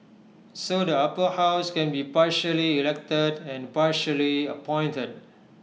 so the Upper House can be partially elected and partially appointed